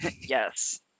Yes